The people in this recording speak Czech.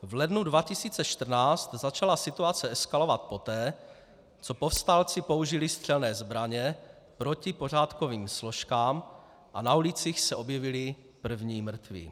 V lednu 2014 začala situace eskalovat poté, co povstalci použili střelné zbraně proti pořádkovým složkám a na ulicích se objevili první mrtví.